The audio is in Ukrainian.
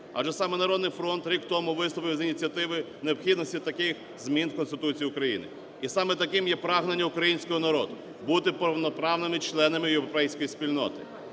Адже саме "Народний фронт" рік тому виступив з ініціативи необхідності таких змін в Конституцію України. І саме таким є прагнення українського народу – бути повноправними членами європейської спільноти.